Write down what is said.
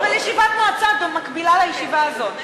אבל ישיבת מועצה מקבילה לישיבה הזאת.